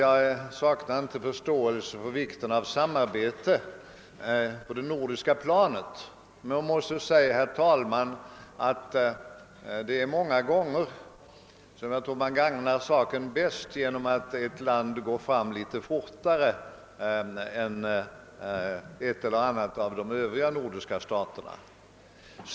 Jag saknar inte förståelse för vikten av samarbete på det nordiska planet, men jag måste säga att jag tror att man många gånger gagnar saken bäst genom att ett land går fram litet fortare än en eller annan av de övriga nordiska staterna.